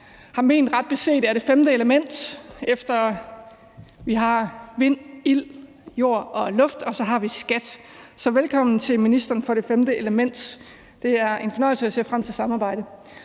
for ret beset er det femte element. Efter vi har vind, ild, jord og luft, har vi skat. Så velkommen til ministeren for det femte element. Det er en fornøjelse, og jeg ser frem til samarbejdet.